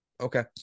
Okay